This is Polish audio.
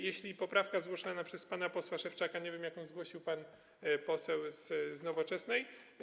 Jeśli poprawka zgłoszona przez pana posła Szewczaka, nie wiem, jaką zgłosił pan poseł z Nowoczesnej.